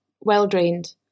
well-drained